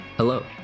hello